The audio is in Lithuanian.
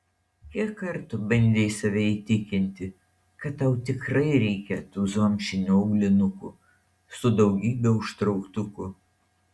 kiek kartų bandei save įtikinti kad tau tikrai reikia tų zomšinių aulinukų su daugybe užtrauktukų